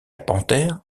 panthère